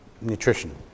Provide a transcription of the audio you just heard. nutrition